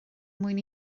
mwyn